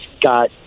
got